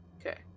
Okay